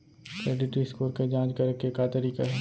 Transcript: Credit score के जाँच करे के का तरीका हे?